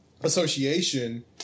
association